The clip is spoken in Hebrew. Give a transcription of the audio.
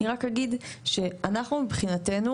אני רק אגיד שאנחנו מבחינתנו,